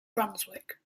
brunswick